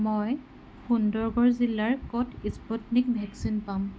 মই সুন্দৰগড় জিলাৰ ক'ত স্পুটনিক ভেকচিন পাম